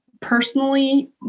personally